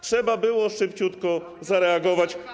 Trzeba było szybciutko zareagować.